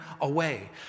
away